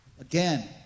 Again